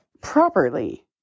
properly